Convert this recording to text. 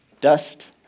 Dust